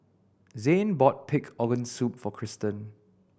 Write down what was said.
Zhane bought pig organ soup for Tristan